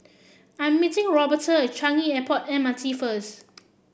I'm meeting Roberta at Changi Airport M R T first